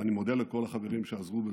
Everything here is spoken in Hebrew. ואני מודה לכל החברים שעזרו בזה,